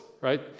right